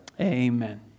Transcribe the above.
amen